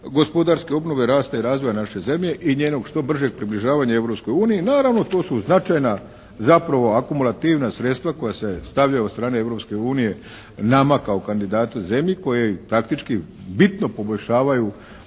gospodarske obnove, rasta i razvoja naše zemlje i njenog što bržeg približavanja Europskoj uniji. Naravno to su značajna zapravo akumulativna sredstva koja se stavljaju od strane Europske unije nama kao kandidatu zemlji koji praktički bitno poboljšavaju